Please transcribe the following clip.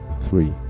three